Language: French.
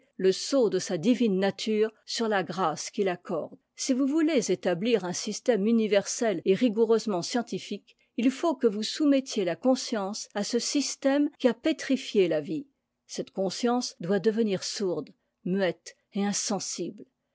le sceau de sa divine nature sur la grâce qu'il accorde si vous voulez établir un système universel et rigousement scientifique il faut que vous soumettiez la conscience à ce système qui a pétrifié la vie cette conscience doit devenir sourde r muette et